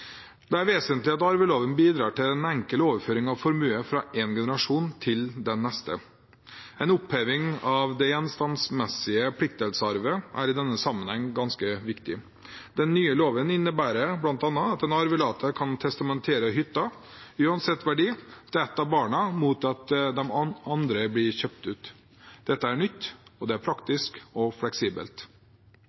Det er vesentlig at arveloven bidrar til en enkel overføring av formue fra en generasjon til den neste. En oppheving av den gjenstandsmessige pliktdelsarven er i denne sammenhengen ganske viktig. Den nye loven innebærer bl.a. at en arvelater kan testamentere hytta, uansett verdi, til ett av barna, mot at de andre blir kjøpt ut. Dette er nytt, og det er praktisk og fleksibelt.